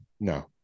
no